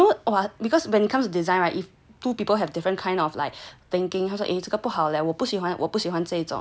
yeah you know what because when it comes to design right if two people have different kind of like thinking like 这个不好 leh 我不喜欢我不喜欢这种 err